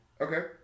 Okay